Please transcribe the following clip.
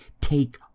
take